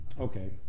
Okay